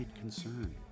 concern